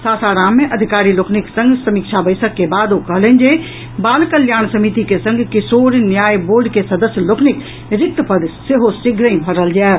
सासाराम मे अधिकारी लोकनिक संग समीक्षा बैसक के बाद ओ कहलनि जे बाल कल्याण समिति के संग किशोर न्याय बोर्ड के सदस्य लोकनिक रिक्त पद सेहो शीघ्रहि भरल जायत